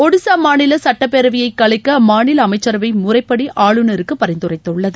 ஒடிசா மாநில சட்டப்பேரவையை கலைக்க அம்மாநில அமைச்சரவை முறைப்படி ஆளுநருக்கு பரிந்துரைத்துள்ளது